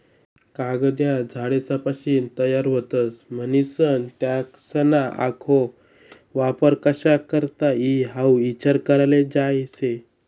कागद ह्या झाडेसपाशीन तयार व्हतस, म्हनीसन त्यासना आखो वापर कशा करता ई हाऊ ईचार कराले जोयजे